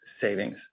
savings